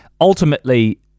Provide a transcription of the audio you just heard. ultimately